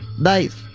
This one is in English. Nice